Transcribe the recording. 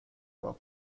war